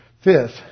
Fifth